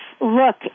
look